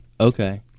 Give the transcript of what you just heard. Okay